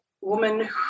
woman